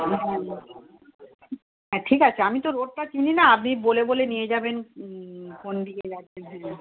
হ্যাঁ হ্যাঁ হ্যাঁ ঠিক আছে আমি তো রোডটা চিনি না আপনি বলে বলে নিয়ে যাবেন কোন দিকে আর কি হ্যাঁ